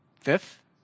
Fifth